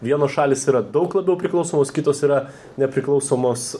vienos šalys yra daug labiau priklausomos kitos yra nepriklausomos